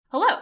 Hello